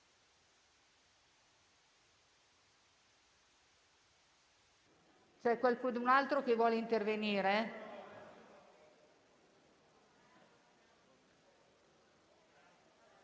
C'è qualcun altro che vuole intervenire?